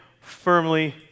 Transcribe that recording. firmly